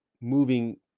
moving